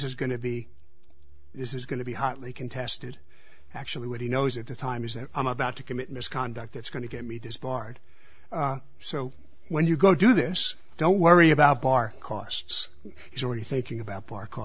to be this is going to be hotly contested actually what he knows at the time is that i'm about to commit misconduct that's going to get me disbarred so when you go do this don't worry about bar costs he's already thinking about par